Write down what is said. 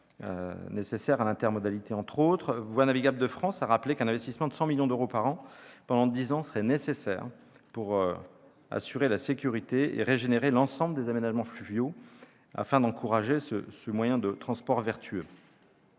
nécessaire à l'intermodalité entre autres, Voies navigables de France a rappelé qu'un investissement de 100 millions d'euros par an pendant dix ans serait nécessaire pour sécuriser et régénérer l'ensemble des aménagements fluviaux afin d'encourager ce moyen de transport vertueux.